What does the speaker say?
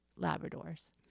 labradors